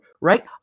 Right